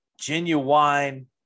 genuine